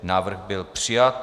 Návrh byl přijat.